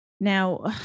Now